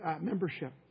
membership